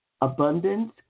Abundance